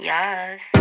Yes